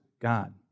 God